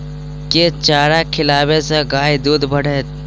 केँ चारा खिलाबै सँ गाय दुध बढ़तै?